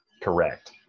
correct